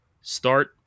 start